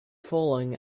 falling